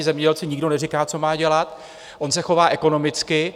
Zemědělci nikdo neříká, co má dělat, on se chová ekonomicky.